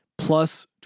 Plus